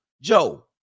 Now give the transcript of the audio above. Joe